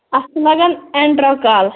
اتھ چھُ لَگان ایٚنڑروکال